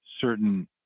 certain